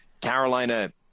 carolina